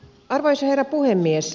arvoisa herra puhemies